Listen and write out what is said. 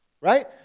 right